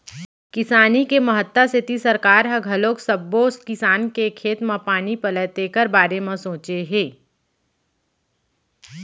किसानी के महत्ता सेती सरकार ह घलोक सब्बो किसान के खेत म पानी पलय तेखर बारे म सोचे हे